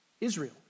Israel